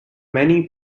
many